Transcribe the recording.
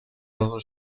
razu